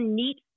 neat